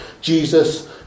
Jesus